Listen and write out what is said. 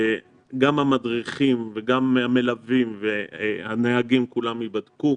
גם המדריכים וגם המלווים והנהגים ייבדקו.